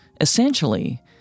Essentially